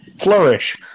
flourish